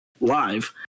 live